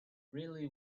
really